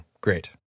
Great